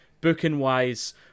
Booking-wise